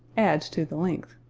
adds to the length.